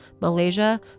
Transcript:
Malaysia